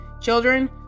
Children